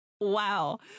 Wow